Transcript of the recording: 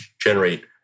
generate